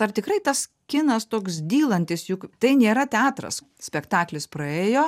ar tikrai tas kinas toks dylantis juk tai nėra teatras spektaklis praėjo